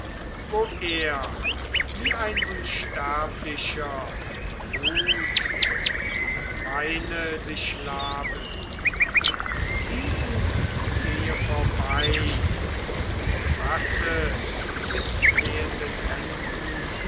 wo er wie ein unsterblicher ruht und mit weine sich labet diesen gehe vorbei und umfasse mit flehenden händen